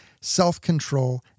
self-control